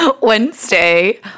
Wednesday